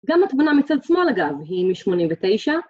גם התמונה מצד שמאל, אגב, היא מ-89.